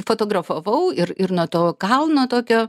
fotografavau ir ir nuo to kalno tokio